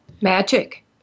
Magic